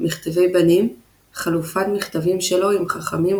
מכתבי בנים – חלופת מכתבים שלו עם חכמים,